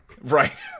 Right